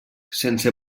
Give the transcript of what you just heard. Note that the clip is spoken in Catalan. sense